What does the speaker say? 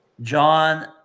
John